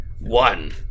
one